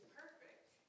perfect